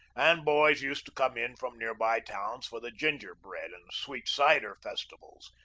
and boys used to come in from near-by towns for the gingerbread and sweet cider festivals,